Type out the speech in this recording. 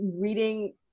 reading